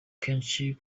kenshi